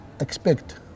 expect